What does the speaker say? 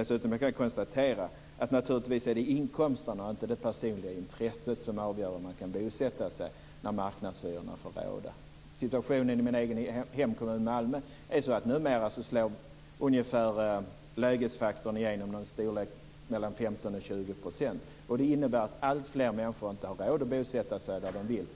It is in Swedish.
Dessutom kan jag konstatera att det naturligtvis är inkomsterna och inte det personliga intresset som avgör var man kan bosätta sig när marknadshyrorna får råda. Situationen i min egen hemkommun Malmö är sådan att lägesfaktorn numera slår igenom i 15 20 %. Det innebär att alltfler människor inte har råd att bosätta sig där de vill,